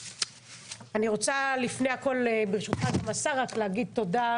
אני רוצה לפני הכול, ברשותך כבוד השר, להגיד תודה